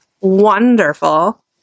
wonderful